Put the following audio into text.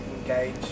engage